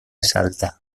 salta